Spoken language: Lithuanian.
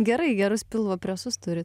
gerai gerus pilvo presus turi